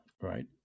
right